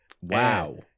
Wow